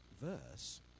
verse